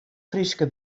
fryske